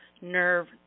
nerve